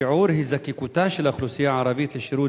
שיעור הזדקקותה של האוכלוסייה הערבית לשירות